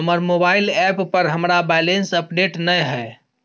हमर mobile app पर हमरा बैलेंस अपडेट नय हय